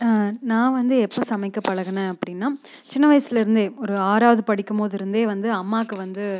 நான் வந்து எப்போ சமைக்க பழகுனேன் அப்படின்னால் சின்ன வயசிலேருந்தே ஒரு ஆறாவது படிக்கும் போது இருந்தே வந்து அம்மாவுக்கு வந்து